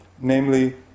namely